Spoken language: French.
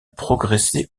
progresser